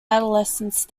adolescence